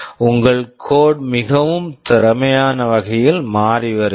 உங்கள் code code மிகவும் திறமையான வகையில் மாறி வருகிறது